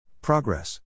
Progress